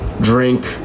drink